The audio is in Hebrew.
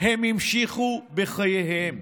הם המשיכו בחייהם.